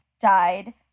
died